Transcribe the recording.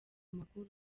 amakuru